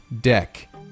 Deck